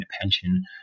pension